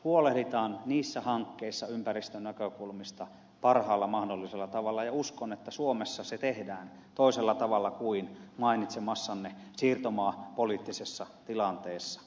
huolehditaan niissä hankkeissa ympäristönäkökulmista parhaalla mahdollisella tavalla ja uskon että suomessa se tehdään toisella tavalla kuin mainitsemassanne siirtomaapoliittisessa tilanteessa